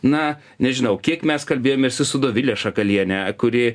na nežinau kiek mes kalbėjomės su dovile šakaliene kuri